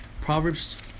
Proverbs